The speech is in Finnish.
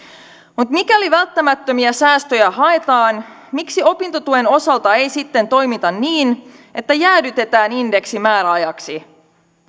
mutta mikäli välttämättömiä säästöjä haetaan miksi opintotuen osalta ei sitten toimita niin että jäädytetään indeksi määräajaksi